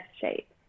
shape